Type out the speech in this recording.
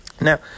Now